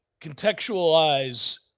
contextualize –